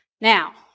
Now